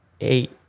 eight